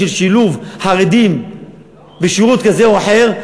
בשביל שילוב חרדים בשירות כזה או אחר,